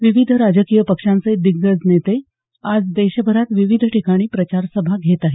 विविध राजकीय पक्षांचे दिग्गज नेते आज देशभरात विविध ठिकाणी प्रचार सभा घेत आहेत